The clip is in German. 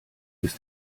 ist